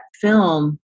film